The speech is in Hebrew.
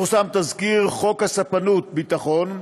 פורסם תזכיר חוק הספנות (ביטחון),